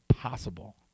possible